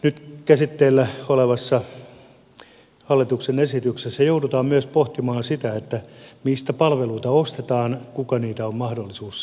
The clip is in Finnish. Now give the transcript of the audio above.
nyt käsitteillä olevassa hallituksen esityksessä joudutaan pohtimaan myös sitä mistä palveluita ostetaan kuka on mahdollinen niitä saamaan